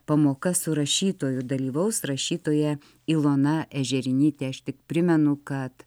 pamoka su rašytoju dalyvaus rašytoja ilona ežerinytė aš tik primenu kad